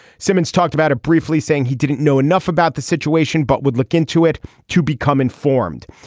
simmons talked about it briefly saying he didn't know enough about the situation but would look into it to become informed.